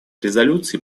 резолюций